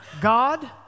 God